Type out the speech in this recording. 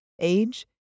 age